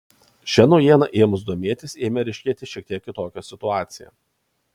šia naujiena ėmus domėtis ėmė ryškėti šiek tiek kitokia situacija